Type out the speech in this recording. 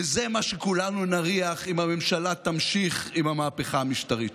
וזה מה שכולנו נריח אם הממשלה תמשיך עם המהפכה המשפטית שלה.